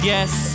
Yes